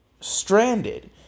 stranded